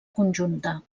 conjunta